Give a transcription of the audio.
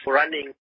running